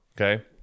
okay